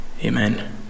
amen